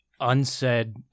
unsaid